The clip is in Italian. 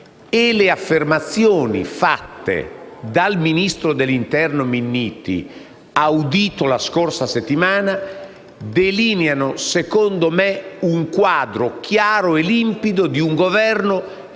e le affermazioni rese dal ministro dell'interno Minniti, audito la scorsa settimana, delineano secondo me un quadro chiaro e limpido di un Governo